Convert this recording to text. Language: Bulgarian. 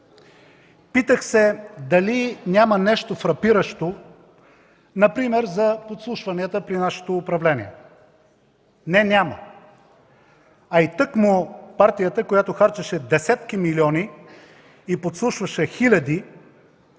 Питах се дали няма нещо фрапиращо, например за подслушванията при нашето управление? Не, няма. А и тъкмо партията, която харчеше десетки милиони и подслушваше хиляди,